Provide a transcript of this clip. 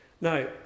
Now